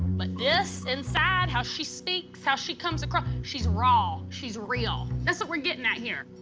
but this, inside, how she speaks, how she comes across she's raw. she's real. that's what we're getting at here.